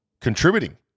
contributing